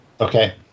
Okay